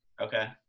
Okay